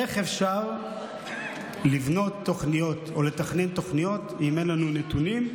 איך אפשר לבנות תוכניות או לתכנן תוכניות אם אין לנו נתונים?